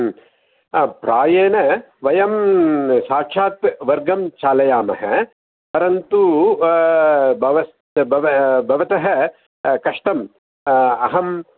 प्रायेण वयं साक्षात् वर्गं चालयामः परन्तु बवस् बव भवतः कष्टं अहं